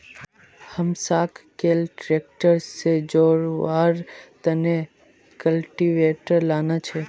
हमसाक कैल ट्रैक्टर से जोड़वार तने कल्टीवेटर लाना छे